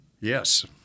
Yes